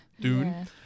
Dune